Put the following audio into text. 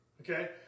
Okay